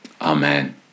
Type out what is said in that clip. Amen